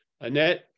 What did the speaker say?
Annette